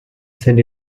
send